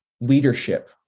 leadership